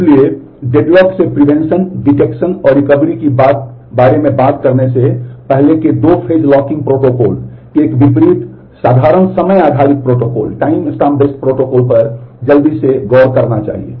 इसलिए डेडलॉक से prevention detection और रिकवरी बारे में बात करने से हमें पहले के दो फेज लॉकिंग प्रोटोकॉल पर जल्दी से गौर करना चाहिए